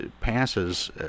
passes